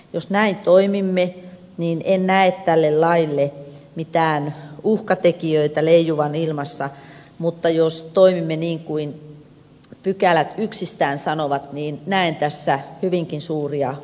jos näin toimimme niin en näe tälle laille mitään uhkatekijöitä leijuvan ilmassa mutta jos toimimme niin kuin pykälät yksistään sanovat niin näen tässä hyvinkin suuria uhkapilviä